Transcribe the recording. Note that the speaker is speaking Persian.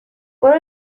برو